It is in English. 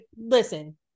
listen